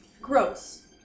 Gross